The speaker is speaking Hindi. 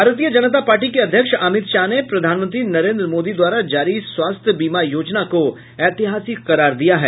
भारतीय जनता पार्टी के अध्यक्ष अमित शाह ने प्रधानमंत्री नरेन्द्र मोदी द्वारा जारी स्वास्थ्य बीमा योजना को ऐतिहासिक करार दिया है